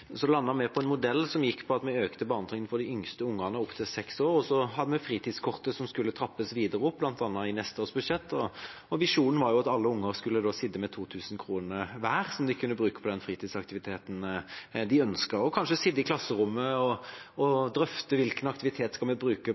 så hadde vi fritidskortet, som skulle trappes videre opp, bl.a. i neste års budsjett. Visjonen var at alle unger skulle få 2 000 kr hver som de kunne bruke på den fritidsaktiviteten de ønsket, og kanskje sitte i klasserommet og drøfte hvilken aktivitet de skulle bruke